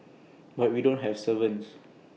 but we don't have servants